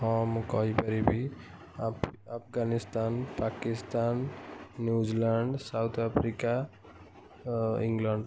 ହଁ ମୁଁ କହିପାରିବି Afghanistan Pakistan New Zealand South Africa England